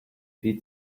wie